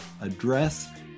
address